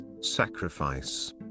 sacrifice